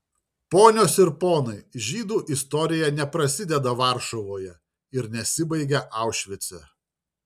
ponios ir ponai žydų istorija neprasideda varšuvoje ir nesibaigia aušvice